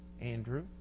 Andrew